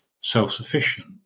self-sufficient